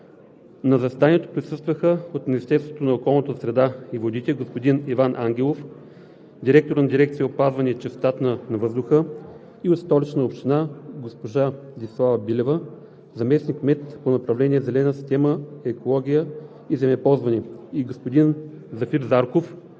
На заседанието присъстваха от: Министерство на околната среда и водите – господин Иван Ангелов, директор на дирекция „Опазване чистотата на въздуха“; Столична община: госпожа Десислава Билева – заместник-кмет на направление „Зелена система, екология и земеползване“, и господин Зафир Зарков